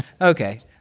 Okay